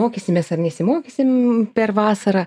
mokysimės ar nesimokysim per vasarą